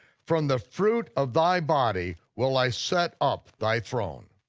from the fruit of thy body will i set up thy throne.